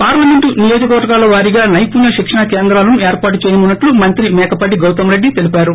parliament నియోజకవర్గాల వారిగా నైపుణ్య శిక్షణ కేంద్రాలను ఏర్పాటు చేయనున్నట్లు మంత్రి మేకపాటి గౌతమ్ రెడ్డి తెలిపారు